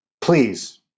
please